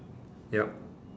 yup